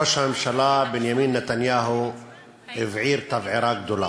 ראש הממשלה בנימין נתניהו הבעיר תבערה גדולה.